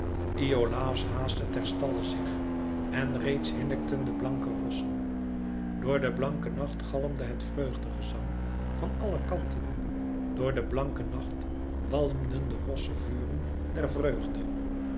ter stalle zich en reeds hinnikten de blanke rossen door de blanke nacht galmde het vreugdegezang van alle kanten door de blanke nacht walmden de rosse vuren der vreugde